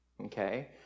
okay